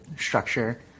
structure